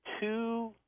two